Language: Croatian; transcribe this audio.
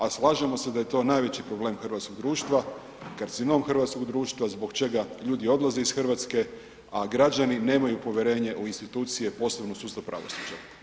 A slažemo se da je to najveći problem hrvatskog društva, karcinom hrvatskog društva zbog čega ljudi odlaze iz Hrvatske, a građani nemaju povjerenje u institucije, posebno sustav pravosuđa.